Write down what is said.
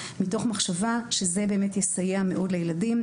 מתוך מחשבה שזה באמת יסייע מאוד לילדים.